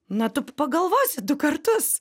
na tup pagalvosi du kartus